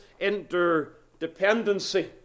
interdependency